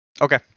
Okay